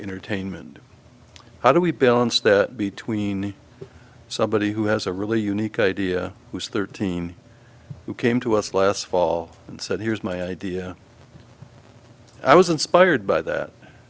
entertainment how do we balance that between somebody who has a really unique idea who's thirteen who came to us last fall and said here's my idea i was inspired by that